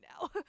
now